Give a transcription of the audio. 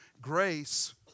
Grace